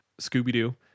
Scooby-Doo